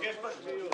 הבקשה אושרה.